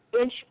Inch